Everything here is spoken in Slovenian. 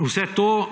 Vse to